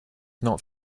not